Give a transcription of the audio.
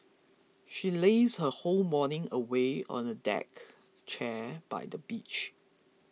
she lazed her whole morning away on a deck chair by the beach